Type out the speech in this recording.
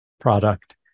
product